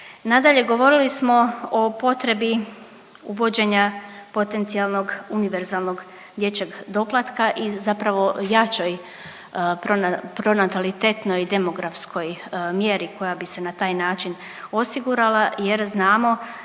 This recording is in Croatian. Nadalje, govorili smo o potrebi uvođenja potencijalnog univerzalnog dječjeg doplatka i zapravo jačoj pronatalitetnoj demografskoj mjeri koja bi se na taj način osigurala, jer znamo